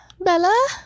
Bella